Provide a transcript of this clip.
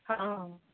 ହଁ